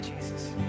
Jesus